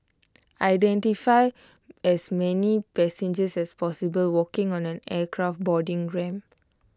identify as many passengers as possible walking on an aircraft boarding ramp